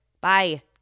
Bye